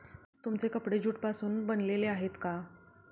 तुमचे कपडे ज्यूट पासून बनलेले आहेत का?